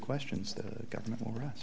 questions the government or us